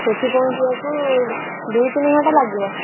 ସେଇଠି ପହଞ୍ଚିବାକୁ ଦୁଇ ତିନି ଘଣ୍ଟା ଲାଗିବ